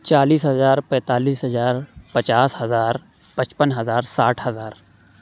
چالیس ہزار پینتالیس ہزار پچاس ہزار پچپن ہزار ساٹھ ہزار